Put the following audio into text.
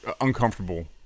uncomfortable